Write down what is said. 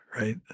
right